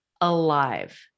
alive